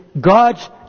God's